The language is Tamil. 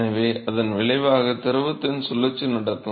எனவே அதன் விளைவாக திரவத்தின் சுழற்சி நடக்கும்